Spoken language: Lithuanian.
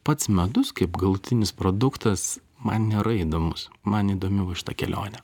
pats medus kaip galutinis produktas man nėra įdomus man įdomiau šita kelionė